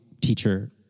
teacher